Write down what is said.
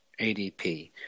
ADP